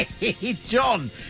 John